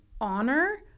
honor